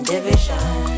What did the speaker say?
Division